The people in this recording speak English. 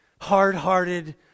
hard-hearted